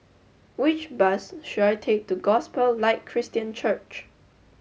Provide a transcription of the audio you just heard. which bus should I take to Gospel Light Christian Church